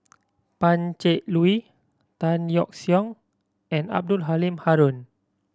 Pan Cheng Lui Tan Yeok Seong and Abdul Halim Haron